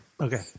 Okay